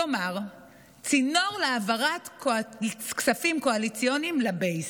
כלומר צינור להעברת כספים קואליציוניים לבייס.